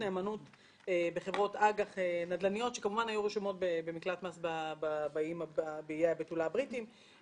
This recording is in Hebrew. נאמנות בחברות אג"ח נדל"ניות שהיו רשומות במקלט מס באיי הבתולה הבריטיים.